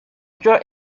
draws